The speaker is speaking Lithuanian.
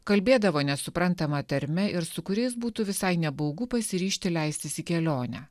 kalbėdavo nesuprantama tarme ir su kuriais būtų visai nebaugu pasiryžti leistis į kelionę